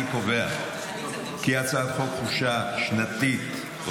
אני קובע כי הצעת חוק חופשה שנתית (תיקון,